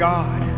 God